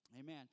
Amen